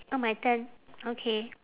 oh my turn okay